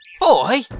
Boy